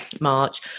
March